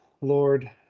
Lord